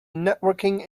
networking